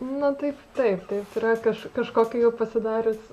na taip taip taip yra kaž kažkokia jau pasidarius